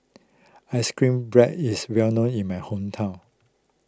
Ice Cream Bread is well known in my hometown